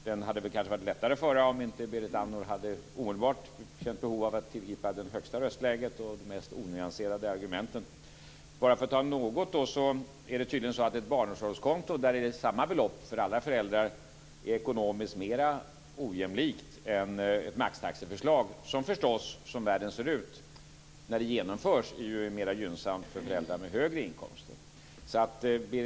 Den hade kanske varit lättare att föra om inte Berit Andnor känt ett behov av att omedelbart tillgripa det högsta röstläget och de mest onyanserade argumenten. Jag kan bara beröra något av detta. Tydligen är det så att i ett barnomsorgskonto är samma belopp för alla föräldrar ekonomiskt mer ojämlikt än i ett maxtaxeförslag som förstås, som världen ser ut, är mer gynnsamt för föräldrar med högre inkomster när det genomförs.